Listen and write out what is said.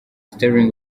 sterling